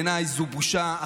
בעיניי זו בושה,